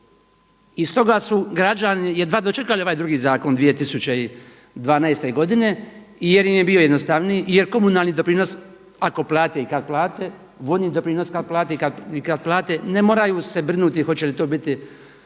i stoga su građani jedva dočekali ovaj drugi zakon 2012. godine jer im je bio jednostavniji, jer komunalni doprinos ako plate i kada plate, vodni doprinos ako plate i kad plate ne moraju se brinuti hoće li to biti